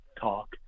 talk